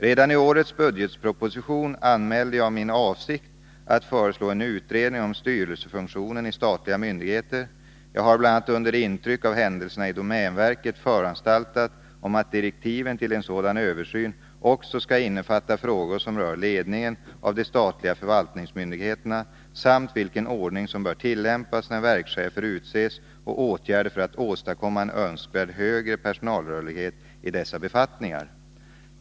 Redan i årets budgetproposition anmälde jag min avsikt att föreslå en utredning om styrelsefunktionen i statliga myndigheter. Jag har bl.a. under intryck av händelserna i domänverket föranstaltat om att direktiven till en sådan översyn också skall innefatta frågor som rör ledningen av de statliga förvaltningsmyndigheterna samt vilken ordning som bör tillämpas när verkschefer utses och åtgärder för att åstadkomma en önskvärd högre personalrörlighet i dessa befattningar.